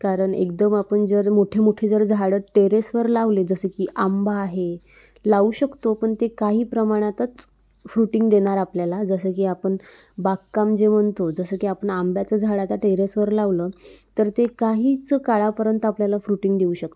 कारण एकदम आपण जर मोठे मोठे जर झाडं टेरेसवर लावले जसं की आंबा आहे लावू शकतो पण ते काही प्रमाणातच फ्रुटिंग देणार आपल्याला जसं की आपण बागकाम जे म्हणतो जसं की आपण आंब्याचं झाड आता टेरेसवर लावलं तर ते काहीच काळापर्यंत आपल्याला फ्रुटिंग देऊ शकतं